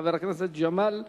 חבר הכנסת ג'מאל זחאלקה.